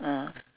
ah